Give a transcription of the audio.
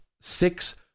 six